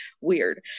weird